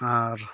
ᱟᱨ